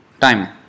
time